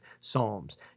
psalms